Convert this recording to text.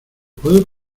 puedo